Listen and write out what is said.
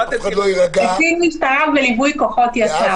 קצין משטרה בליווי כוחות יס"מ.